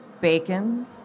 Bacon